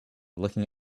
looking